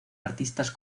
artistas